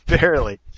barely